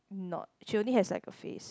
not she only has like a face